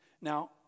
Now